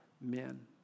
men